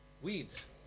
Weeds